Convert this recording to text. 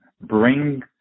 bring